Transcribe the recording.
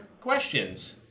questions